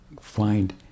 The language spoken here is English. find